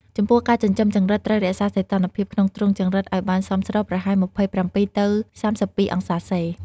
ចំពោះការចិញ្ចឹមចង្រិតត្រូវរក្សាសីតុណ្ហភាពក្នុងទ្រុងចង្រិតឲ្យបានសមស្រប ប្រហែល ២៧ ទៅ ៣២ អង្សាសេ។